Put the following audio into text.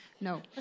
no